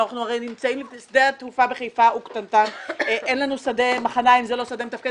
הרי שדה התעופה בחיפה הוא קטנטן; מחניים זה לא שדה מתפקד,